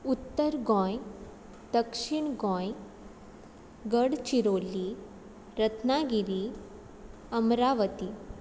उत्तर गोंय दक्षीण गोंय गडचिरोली रत्नागिरी अमरावती